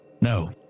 No